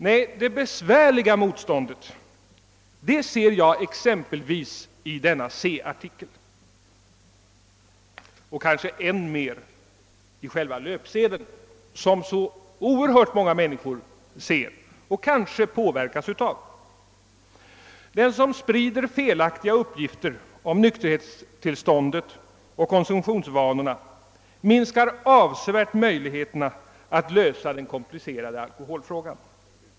Nej, det besvärliga motståndet ser jag i exempelvis denna Se-artikel och kanske än mer i själva löpsedeln, som så många människor läser och kanske påverkas av. Den som sprider felaktiga uppgifter om nykterhetstillståndet och konsumtionsvanorna minskar avsevärt möjligheterna att lösa den komplicerade alkoholfrågan.